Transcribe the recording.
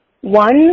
One